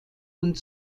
und